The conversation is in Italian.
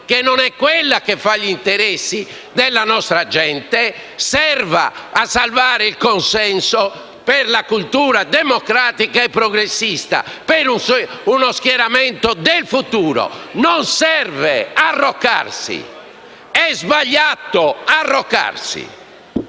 che non tutela gli interessi della nostra gente serva a salvare il consenso per la cultura democratica e progressista per uno schieramento del futuro. Non serve arroccarsi. È sbagliato arroccarsi.